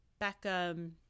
Beckham